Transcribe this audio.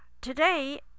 Today